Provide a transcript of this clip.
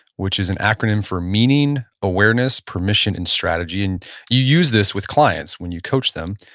which is an acronym for meaning, awareness, permission, and strategy. and you use this with clients when you coach them.